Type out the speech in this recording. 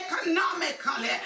economically